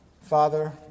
Father